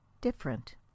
different